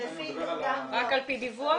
רק על פי דיווח?